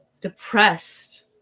depressed